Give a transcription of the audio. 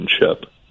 relationship